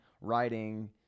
writing